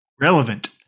Relevant